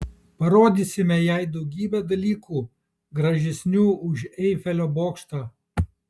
parodysime jai daugybę dalykų gražesnių už eifelio bokštą